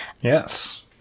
Yes